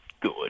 good